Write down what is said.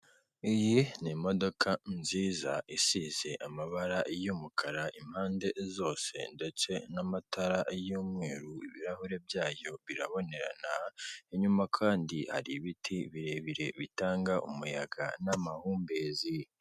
Iyi ni imodoka nziza isize amabara y'umukara impande zose ndetse n'amatara y'umweru ibirahure byayo birabonerana, inyuma kandi hari ibiti birebire bitanga umuyaga n'amahumbezi.